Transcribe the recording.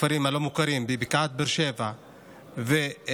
הכפרים הלא-מוכרים בבקעת באר שבע ומזרחית